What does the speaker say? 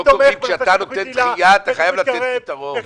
כשאתה נותן דחייה אתה חייב לתת פתרון.